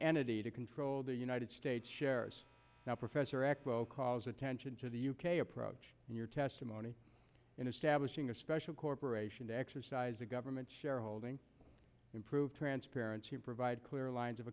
entity to control the united states shares now professor echo calls attention to the u k approach in your testimony in establishing a special corporation to exercise a government shareholding improve transparency provide clear lines of